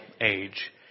age